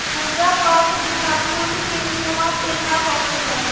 पूजा पाठ बिना फूल के इहां पे ना होखेला